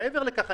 מעבר לכך,